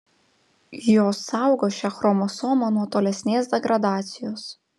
jos saugo šią chromosomą nuo tolesnės degradacijos